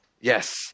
Yes